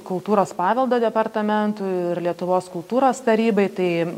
kultūros paveldo departamentu ir lietuvos kultūros tarybai tai